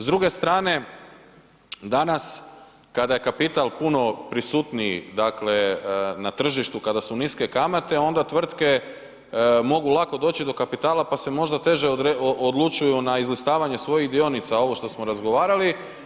S druge strane danas kada je kapital puno prisutniji na tržištu kada su niske kamate onda tvrtke mogu doći lako do kapitala pa se možda teže odlučuju na izlistavanje svojih dionica, ovo što smo razgovarali.